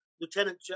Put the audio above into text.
Lieutenant